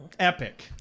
Epic